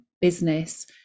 business